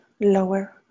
lower